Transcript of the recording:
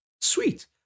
sweet